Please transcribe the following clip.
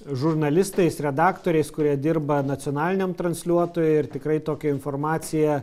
žurnalistais redaktoriais kurie dirba nacionaliniam transliuotojui ir tikrai tokią informaciją